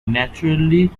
naturally